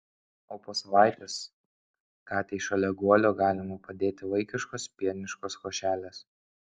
o po savaitės katei šalia guolio galima padėti vaikiškos pieniškos košelės